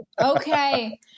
Okay